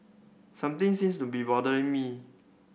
something seems to be bothering me